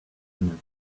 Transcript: minutes